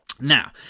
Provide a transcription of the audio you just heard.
Now